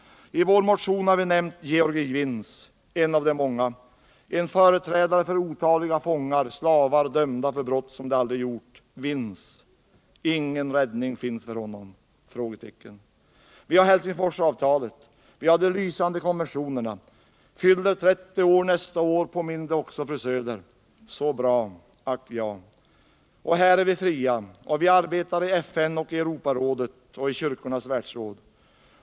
I vår motion har vi nämnt Georgij Vins. En av de många. En företrädare för otaliga fångar, slavar, dömda för brott de aldrig begått. Vins — ingen räddning finns för honom? Vi har Helsingforsavtalet. Vi har de lysande konventionerna, som fyller 30 år nästa år — om det påminde också fru Söder. Så bra! Ack ja! Här är vi fria, och vi arbetar i FN, i Europarådet och i Kyrkornas världsråd.